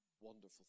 wonderful